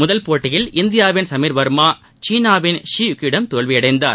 முதல் போட்டியில் இந்தியாவின் சமீர் வர்மா சீனாவின் ஷி யூகியிடம் தோல்வியடைந்தார்